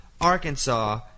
Arkansas